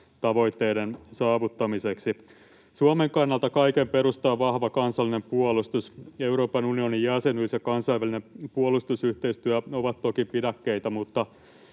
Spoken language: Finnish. tavoitteiden saavuttamiseksi. Suomen kannalta kaiken perusta on vahva kansallinen puolustus. Euroopan unionin jäsenyys ja kansainvälinen puolustusyhteistyö ovat toki pidäkkeitä, mutta